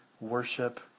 worship